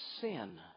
sin